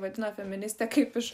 vadino feministė kaip iš